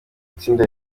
tsinda